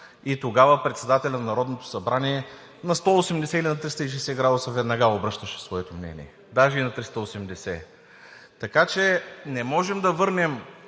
и тогава председателят на Народното събрание на 180 или на 360 градуса веднага обръщаше своето мнение, даже и на 380. Така че не можем да върнем